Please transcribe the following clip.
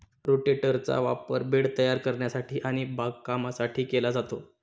रोटेटरचा वापर बेड तयार करण्यासाठी आणि बागकामासाठी केला जातो